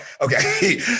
Okay